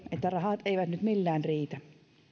että rahat eivät nyt millään riitä